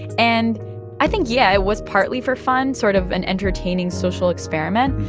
and i think, yeah, it was partly for fun sort of an entertaining social experiment.